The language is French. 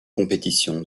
compétition